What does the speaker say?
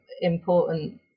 important